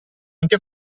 anche